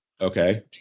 Okay